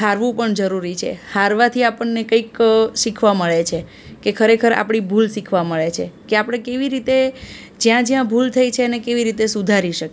હારવું પણ જરૂરી છે હારવાથી આપણને કંઇક શીખવા મળે છે કે ખરેખર આપણી ભૂલ શીખવા મળે છે કે આપણે કેવી રીતે જ્યાં જ્યાં ભૂલ થઈ છે એને કેવી રીતે સુધારી શકીએ